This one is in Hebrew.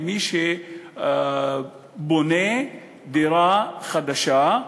למי שבונה דירה חדשה,